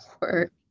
work